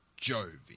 Jovi